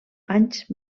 anys